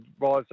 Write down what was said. rise